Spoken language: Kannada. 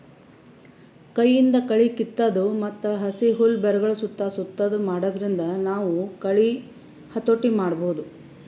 ಕೈಯಿಂದ್ ಕಳಿ ಕಿತ್ತದು ಮತ್ತ್ ಹಸಿ ಹುಲ್ಲ್ ಬೆರಗಳ್ ಸುತ್ತಾ ಸುತ್ತದು ಮಾಡಾದ್ರಿಂದ ನಾವ್ ಕಳಿ ಹತೋಟಿ ಮಾಡಬಹುದ್